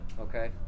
okay